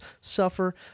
suffer